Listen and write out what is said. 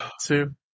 two